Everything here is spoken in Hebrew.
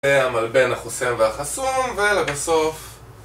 זה המלבן החוסם והחסום ולבסוף